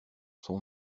son